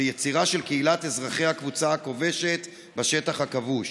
ויצירה של קהילת אזרחי הקבוצה הכובשת בשטח הכבוש,